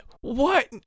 What-